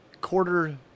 Quarter